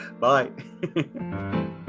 bye